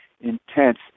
intense